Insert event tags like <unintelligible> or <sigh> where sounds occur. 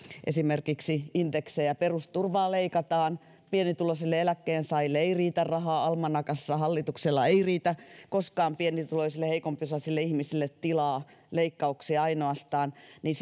esimerkiksi indeksejä perusturvaa leikataan pienituloisille eläkkeensaajille ei riitä rahaa almanakassa hallituksella ei riitä koskaan pienituloisille heikompiosaisille ihmisille tilaa leikkauksia ainoastaan niin <unintelligible>